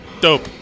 Dope